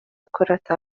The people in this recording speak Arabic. كرة